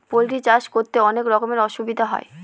poultry চাষ করতে অনেক রকমের অসুবিধা হয়